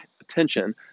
attention